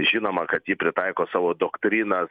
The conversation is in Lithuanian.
žinoma kad ji pritaiko savo doktrinas